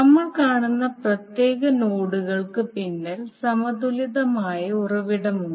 നമ്മൾ കാണുന്ന പ്രത്യേക നോഡുകൾക്ക് പിന്നിൽ സമതുലിതമായ ഉറവിടമുണ്ട്